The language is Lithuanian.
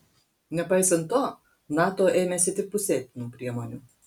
nepaisant to nato ėmėsi tik pusėtinų priemonių